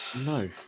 No